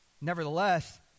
Nevertheless